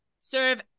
Serve